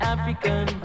African